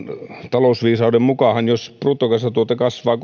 talousviisauden mukaanhan jos bruttokansantuote kasvaa